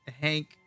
Hank